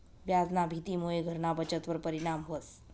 व्याजना भीतीमुये घरना बचतवर परिणाम व्हस